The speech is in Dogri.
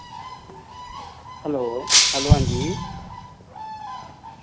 हैल्लो हैल्लो हांजी